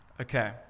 Okay